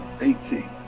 eighteen